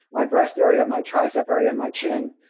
my breast area, my tricep area, and my chin,